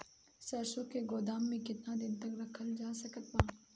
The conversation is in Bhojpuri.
सरसों के गोदाम में केतना दिन तक रखल जा सकत बा?